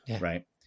right